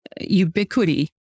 ubiquity